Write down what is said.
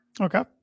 Okay